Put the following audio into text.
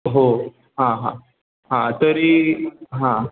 हो हां हां हां तरी हां